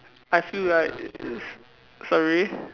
I feel like it's sorry